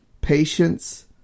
patience